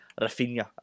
Rafinha